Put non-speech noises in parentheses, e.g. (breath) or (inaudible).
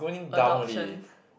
adoption (breath)